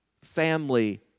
family